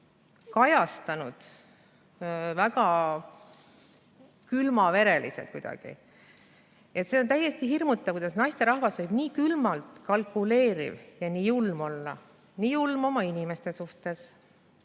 kajastanud kuidagi väga külmavereliselt – see on täiesti hirmutav, kuidas naisterahvas võib nii külmalt kalkuleeriv ja nii julm olla, nii julm oma inimeste suhtes,